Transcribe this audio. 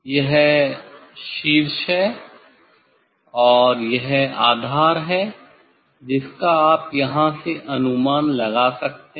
यह शीर्ष है और यह आधार है जिसका आप यहां से अनुमान लगा सकते हैं